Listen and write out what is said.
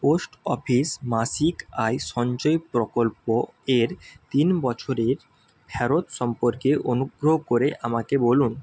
post office মাসিক আয় সঞ্চয় প্রকল্প এর তিন বছরের ফেরত সম্পর্কে অনুগ্রহ করে আমাকে বলুন